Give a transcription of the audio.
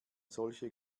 solche